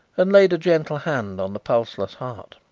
and laid a gentle hand on the pulseless heart.